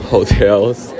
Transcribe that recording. Hotels